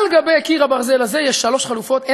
על גבי קיר הברזל הזה יש שלוש חלופות.